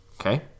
Okay